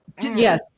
Yes